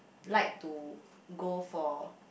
like to go for